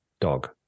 dog